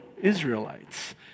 Israelites